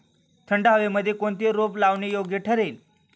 थंड हवेमध्ये कोणते रोप लावणे योग्य ठरेल?